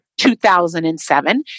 2007